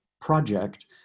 project